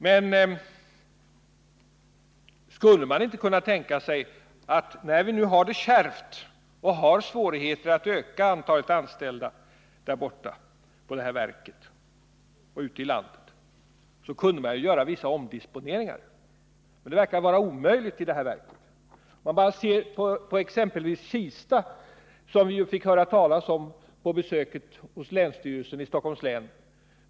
Men skulle man inte kunna tänka sig, när vi nu har det kärvt och har svårigheter att öka antalet anställda i det här verket och ute i landet, att göra vissa omdisponeringar? Men det verkar vara omöjligt i det här verket. Låt oss exempelvis se på Kista, som vi fick höra talas om på besök hos länsstyrelsen i Stockholms län.